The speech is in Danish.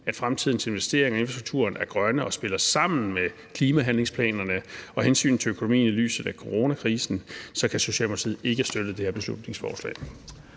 at fremtidens investeringer i infrastrukturen er grønne og spiller sammen med klimahandlingsplanerne og hensynet til økonomien i lyset af coronakrisen, kan Socialdemokratiet ikke støtte det her beslutningsforslag.